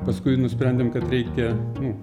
paskui nusprendėm kad reikia nu